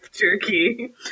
jerky